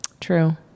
True